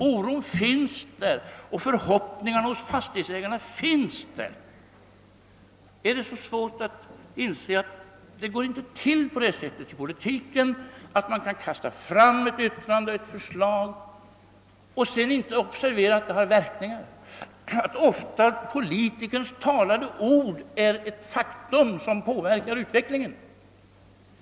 Oron finns där. Och förhoppningarna hos fastighetsägarna finns där. Är det så svårt att inse att det inte går till på det sättet i politiken att man kan kasta fram ett yttrande eller ett förslag och sedan inte observera att det har verkningar, att politikerns talade ord ofta är ett faktum som påverkar utvecklingen?